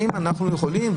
על האם אנחנו יכולים,